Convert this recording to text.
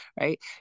right